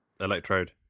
Electrode